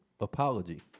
apology